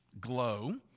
glow